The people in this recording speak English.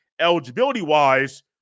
eligibility-wise